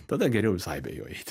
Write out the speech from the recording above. tada geriau visai be jo eiti